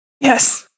yes